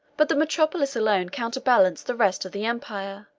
but the metropolis alone counterbalanced the rest of the empire